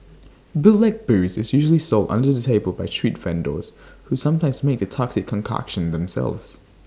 bootleg booze is usually sold under the table by street vendors who sometimes make the toxic concoction themselves